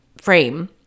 frame